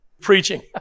Preaching